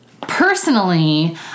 Personally